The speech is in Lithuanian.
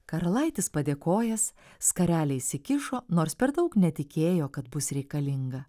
karalaitis padėkojęs skarelę įsikišo nors per daug netikėjo kad bus reikalinga